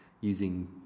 using